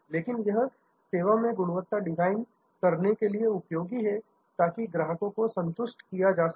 लेकिन यह सेवा में गुणवत्ता डिजाइन करने के लिए है ताकि ग्राहकों को संतुष्ट किया जा सके